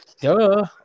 duh